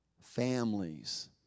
families